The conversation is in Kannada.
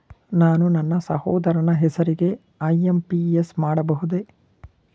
ನಾನು ನನ್ನ ಸಹೋದರನ ಹೆಸರಿಗೆ ಐ.ಎಂ.ಪಿ.ಎಸ್ ಮಾಡಬಹುದೇ?